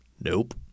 Nope